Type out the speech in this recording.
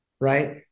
Right